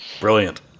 Brilliant